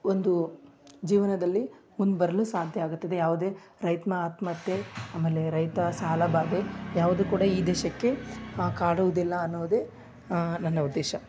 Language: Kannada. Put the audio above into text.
ಒಂದು ಜೀವನದಲ್ಲಿ ಮುಂದೆ ಬರಲು ಸಾಧ್ಯ ಆಗುತ್ತದೆ ಯಾವುದೇ ರೈತನ ಆತ್ಮಹತ್ಯೆ ಆಮೇಲೆ ರೈತ ಸಾಲ ಬಾಧೆ ಯಾವುದು ಕೊಡ ಈ ದೇಶಕ್ಕೆ ಕಾಡುವುದಿಲ್ಲ ಅನ್ನುವುದೇ ನನ್ನ ಉದ್ದೇಶ